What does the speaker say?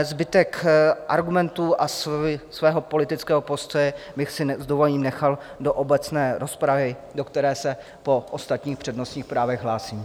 Zbytek argumentů a svého politického postoje bych si s dovolením nechal do obecné rozpravy, do které se po ostatních přednostních právech hlásím.